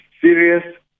serious